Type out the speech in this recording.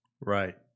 Right